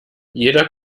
jeder